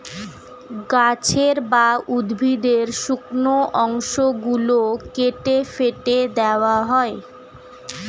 গাছের বা উদ্ভিদের শুকনো অংশ গুলো কেটে ফেটে দেওয়া হয়